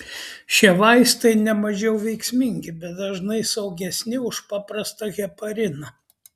šie vaistai nemažiau veiksmingi bet dažnai saugesni už paprastą hepariną